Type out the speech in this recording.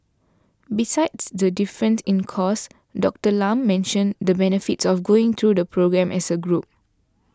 besides the difference in cost Doctor Lam mentioned the benefits of going through the programme as a group